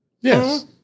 Yes